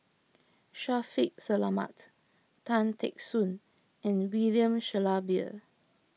Shaffiq Selamat Tan Teck Soon and William Shellabear